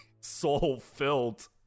soul-filled